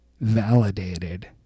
validated